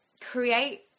create